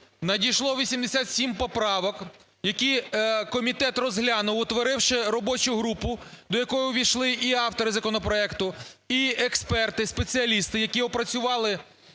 надійшло 87 поправок, які комітет розглянув, утворивши робочу групу, до якої увійшли і автори законопроекту, і експерти, спеціалісти, які опрацювали